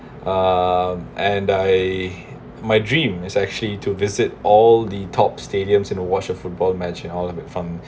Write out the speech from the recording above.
um and I my dream is actually to visit all the top stadiums in a watch a football match in olympic fan